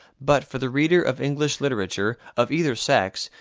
but for the reader of english literature, of either sex,